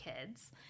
Kids